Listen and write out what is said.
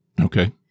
Okay